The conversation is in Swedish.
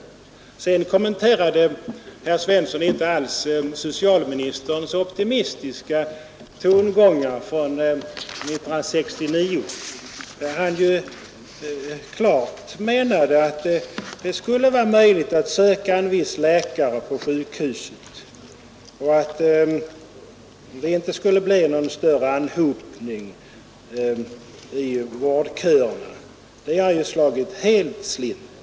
Herr Svensson kommenterade inte alls socialministerns optimistiska tongångar från 1969, då denne klart framhöll att det även med det nya systemet skulle vara möjligt att söka en viss läkare på sjukhuset och att det inte skulle bli någon större anhopning i vårdköerna. Detta har ju slagit helt slint.